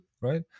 right